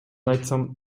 айтсам